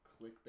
clickbait